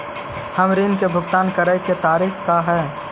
हमर ऋण के भुगतान करे के तारीख का हई?